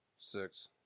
Six